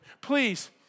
Please